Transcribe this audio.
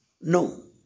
No